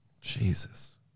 Jesus